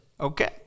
okay